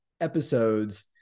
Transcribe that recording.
episodes